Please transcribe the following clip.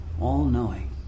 All-knowing